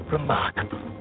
Remarkable